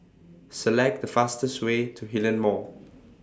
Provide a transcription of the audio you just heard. Select The fastest Way to Hillion Mall